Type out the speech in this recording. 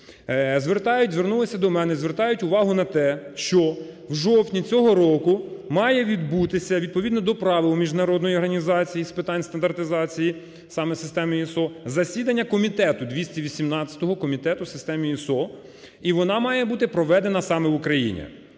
звернулися до мене. Звертають увагу на те, що в жовтні цього року має відбутися, відповідно до Правил Міжнародної організації з питань стандартизації, саме системи ISO, засідання комітету, 218 Комітету системи ISO і вона має бути проведена саме в Україні.